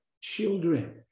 children